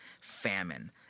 famine